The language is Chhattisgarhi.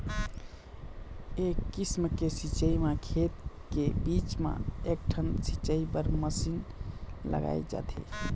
ए किसम के सिंचई म खेत के बीच म एकठन सिंचई बर मसीन लगाए जाथे